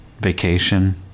vacation